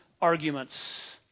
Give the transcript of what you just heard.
arguments